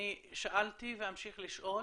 אני שאלתי ואמשיך לשאול,